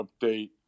update